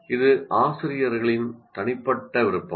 இது தனிப்பட்ட ஆசிரியர்களுக்கு விருப்பம்